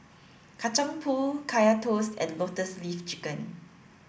Kacang Pool Kaya Toast and lotus leaf chicken